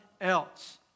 else